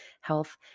health